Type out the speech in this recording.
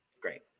Great